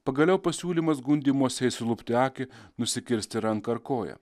pagaliau pasiūlymas gundymuose išsilupti akį nusikirsti ranką ar koją